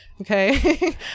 okay